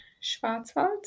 Schwarzwald